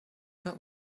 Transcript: but